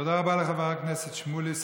תודה רבה לחבר הכנסת שמולי.